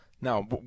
Now